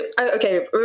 okay